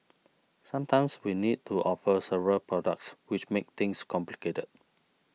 sometimes we needed to offer several products which made things complicated